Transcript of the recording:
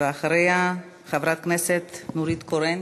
ואחריה, חברת הכנסת נורית קורן.